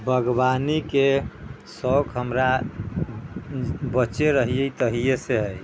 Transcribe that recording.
बागवानी के शौक हमरा बच्चे रहियै तहियै से है